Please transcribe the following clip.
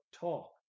talk